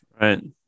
Right